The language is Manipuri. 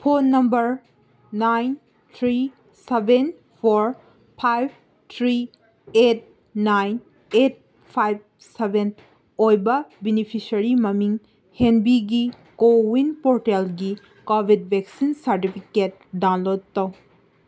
phone number nine three seven four five three eight nine eight five seven ꯑꯣꯏꯕ ꯕꯤꯅꯤꯐꯤꯁꯔꯤ ꯃꯃꯤꯡ ꯍꯦꯟꯕꯤꯒꯤ ꯀꯣꯋꯤꯟ ꯄꯣꯔꯇꯦꯜꯒꯤ ꯀꯣꯕꯤꯠ ꯚꯦꯛꯁꯤꯟ ꯁꯥꯔꯇꯤꯐꯤꯀꯦꯠ ꯗꯥꯎꯟꯂꯣꯠ ꯇꯧ